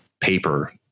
paper